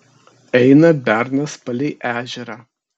eina bernas palei ežerą